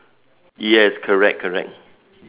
yes correct correct